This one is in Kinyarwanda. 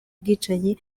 ubwicanyi